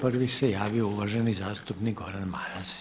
Prvi se javio uvaženi zastupnik Gordan Maras.